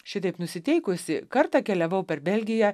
šitaip nusiteikusi kartą keliavau per belgiją